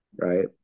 right